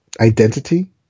identity